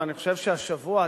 ואני חושב שהשבוע,